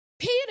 Peter